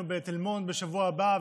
בתל מונד בשבוע הבא.